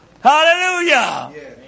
Hallelujah